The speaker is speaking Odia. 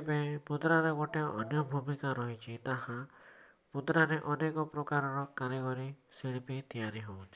ଏବେ ମୁଦ୍ରା ର ଗୋଟେ ଅନ୍ୟ ଭୂମିକା ରହିଛି ତାହା ମୁଦ୍ରା ରେ ଅନେକ ପ୍ରକାରର କାରିଗରୀ ଶିଳ୍ପୀ ତିଆରି ହେଉଛି